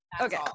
Okay